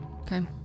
Okay